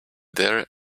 their